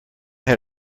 had